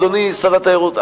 אדוני שר התיירות,